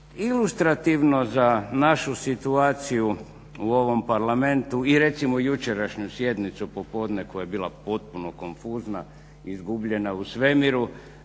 Ilustrativno za našu situaciju u ovom Parlamentu i recimo jučerašnju sjednicu popodne koja je bila potpuno konfuzna i izgubljena u svemiru.